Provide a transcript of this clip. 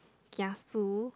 kiasu